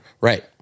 Right